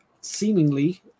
seemingly